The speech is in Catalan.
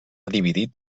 dividit